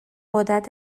غدد